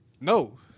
no